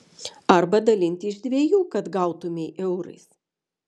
arba dalinti iš dviejų kad gautumei eurais